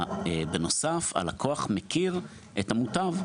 בנוסף, הלקוח מכיר את המוטב.